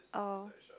oh